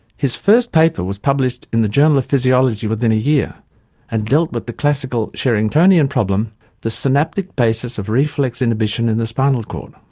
his first paper was published in the journal of physiology within a year and dealt with the classical sherringtonian problem the synaptic basis of reflex inhibition in the spinal cord.